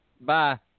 Bye